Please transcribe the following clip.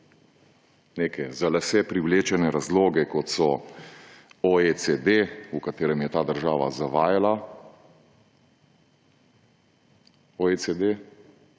neke za lase privlečene razloge, kot so OECD, ko je ta država zavajala OECD